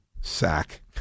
sack